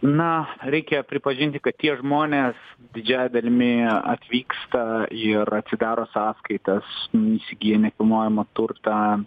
na reikia pripažinti kad tie žmonės didžiąja dalimi atvyksta ir atsidaro sąskaitas įsigyja nekilnojamą turtą